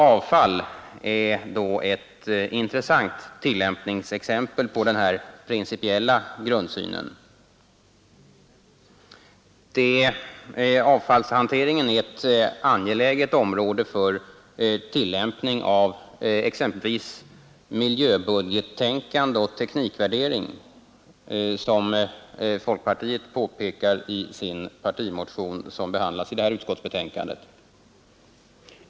Avfall är då ett intressant tillämpningsexempel på denna principiella grundsyn. Avfallshanteringen är ett angeläget område för tillämpning av exempelvis miljöbudgettänkande och teknikvärdering, som folkpartiet påpekar i den partimotion som behandlas i utskottsbetänkandet.